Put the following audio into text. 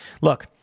Look